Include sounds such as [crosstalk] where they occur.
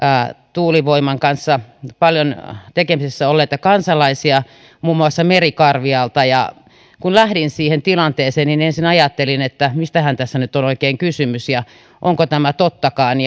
tuulivoiman kanssa paljon tekemisissä olleita kansalaisia muun muassa merikarvialta ja kun lähdin siihen tilanteeseen niin ensin ajattelin että mistähän tässä nyt on oikein kysymys ja onko tämä tottakaan [unintelligible]